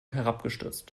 herabgestürzt